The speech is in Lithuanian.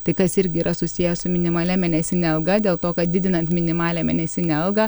tai kas irgi yra susiję su minimalia mėnesine alga dėl to kad didinant minimalią mėnesinę algą